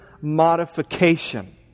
modification